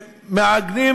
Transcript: שמעגנים,